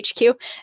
HQ